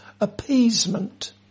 appeasement